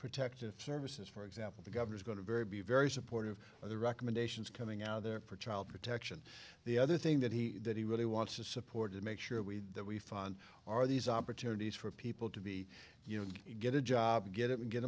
protective services for example the governor is going to very be very supportive of the recommendations coming out of there for child protection the other thing that he that he really wants to support to make sure we that we fund are these opportunities for people to be you know get a job get it and get